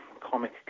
comic